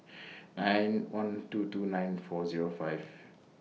nine one two two nine four Zero five